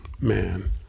man